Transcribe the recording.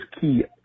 key